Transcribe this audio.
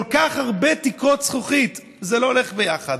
כל כך הרבה תקרות זכוכית, זה לא הולך ביחד.